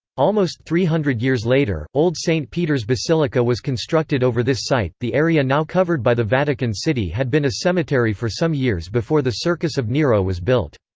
almost three hundred years later, old st. peter's basilica was constructed over this site the area now covered by the vatican city had been a cemetery for some years before the circus of nero was built.